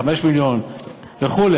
5 מיליון וכו'.